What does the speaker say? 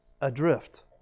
adrift